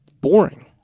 boring